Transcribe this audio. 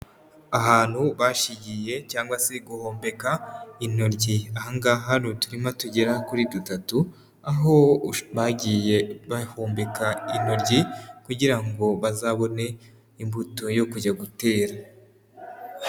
Ahantu bashigiye cyangwa se guhombeka intoryi, aha ngaha hari uturima tugera kuri dutatu, aho bagiye bahumbika intoryi kugira ngo bazabone imbuto yo kujya gutera.